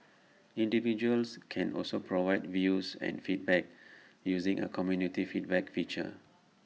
individuals can also provide views and feedback using A community feedback feature